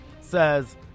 says